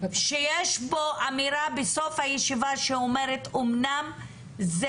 שיש בו אמירה בסוף הישיבה שאומרת אמנם זה